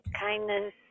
kindness